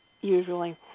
usually